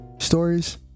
stories